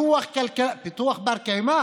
פיתוח בר-קיימא